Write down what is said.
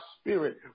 spirit